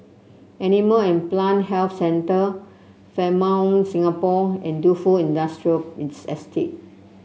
Animal and Plant Health Centre Fairmont Singapore and Defu Industrial Estate